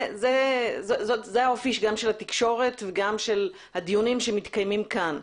זה האופי גם של התקשורת ושל הדיונים שמתקיימים פה.